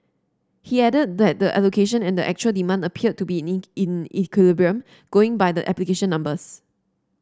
he added that the allocation and the actual demand appeared to be in equilibrium going by the application numbers